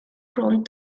front